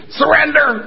surrender